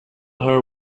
her